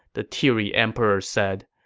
the teary emperor said.